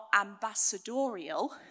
ambassadorial